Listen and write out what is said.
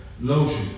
lotion